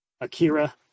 Akira